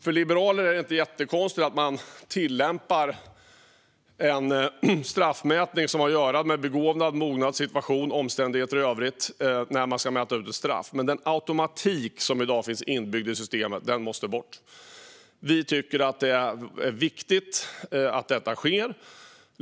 För liberaler är det inte jättekonstigt att man tar hänsyn till begåvning, mognadssituation och omständigheter i övrigt när man ska mäta ut ett straff. Men den automatik som i dag finns inbyggd i systemet måste bort. Vi tycker att det är viktigt att detta sker.